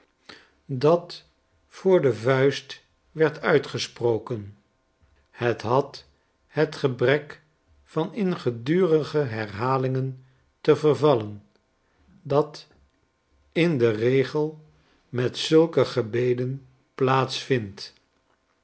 dat voor de vuist werd uitgesproken het had het gebrek van in gedurige herhalingen te vervallen dat in den regel met zulke gebeden